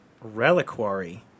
reliquary